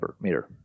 meter